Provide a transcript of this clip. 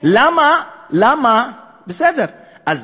לפחות זה.